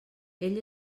ell